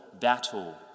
battle